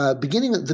beginning